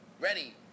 Ready